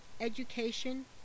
education